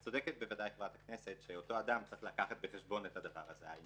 את צודקת בוודאי שאותו אדם צריך לקחת בחשבון את הדבר הזה.